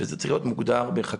שזה צריך להיות מוגדר בחקיקה.